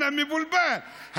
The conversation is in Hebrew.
אנא מבולבל.